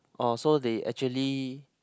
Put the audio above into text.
uh so they actually